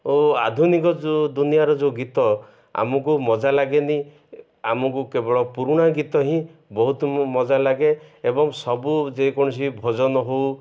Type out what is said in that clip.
ଓ ଆଧୁନିକ ଯେଉଁ ଦୁନିଆର ଯେଉଁ ଗୀତ ଆମକୁ ମଜା ଲାଗେନି ଆମକୁ କେବଳ ପୁରୁଣା ଗୀତ ହିଁ ବହୁତ ମଜା ଲାଗେ ଏବଂ ସବୁ ଯେକୌଣସି ଭଜନ ହଉ